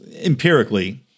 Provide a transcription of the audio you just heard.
empirically